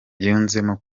yunzemo